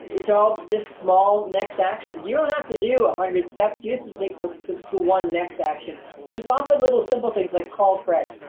it's all this small next action. you don't have to do a hundred steps. you have to take the the one next action, which is often little simple things, like call fred.